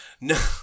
no